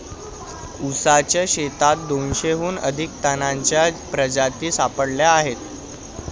ऊसाच्या शेतात दोनशेहून अधिक तणांच्या प्रजाती सापडल्या आहेत